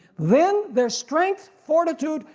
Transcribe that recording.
then their strength, fortitude,